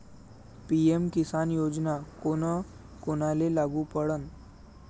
PM Kisan योजना कोना कोनाले लागू पडन?